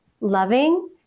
loving